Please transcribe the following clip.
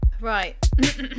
Right